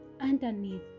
underneath